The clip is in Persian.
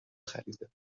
خریده